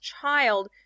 child